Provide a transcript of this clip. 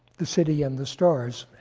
the city and the stars,